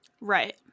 Right